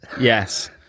Yes